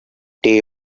day